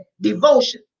devotion